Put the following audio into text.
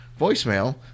voicemail